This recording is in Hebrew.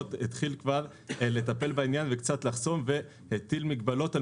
למשכנתאות התחיל כבר לטפל בענין וקצת לחסום והטיל מגבלות על